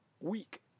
week